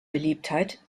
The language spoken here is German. beliebtheit